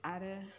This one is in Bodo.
आरो